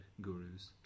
gurus